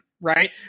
right